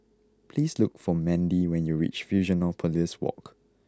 please look for Mandi when you reach Fusionopolis Walk